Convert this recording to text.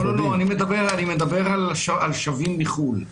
לא, אני מדבר על שבים מחו"ל.